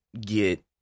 get